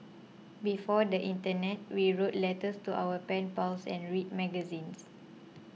before the internet we wrote letters to our pen pals and read magazines